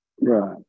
Right